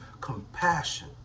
compassion